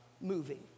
moving